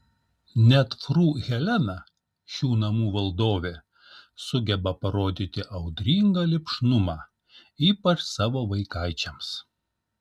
net fru helena šių namų valdovė sugeba parodyti audringą lipšnumą ypač savo vaikaičiams